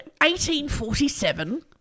1847